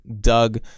Doug